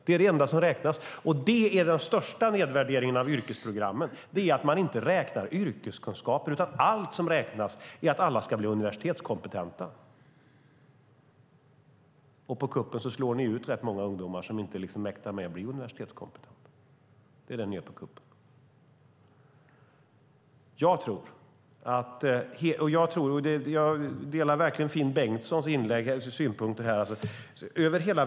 Det är det enda som räknas. Det är den största nedvärderingen av yrkesprogrammen, att man inte räknar yrkeskunskaper. Det enda som räknas är att alla ska bli universitetskompetenta. På kuppen slår ni ut rätt många ungdomar som inte mäktar med att bli universitetskompetenta. Det är vad ni gör på kuppen. Jag delar verkligen Finn Bengtssons synpunkter.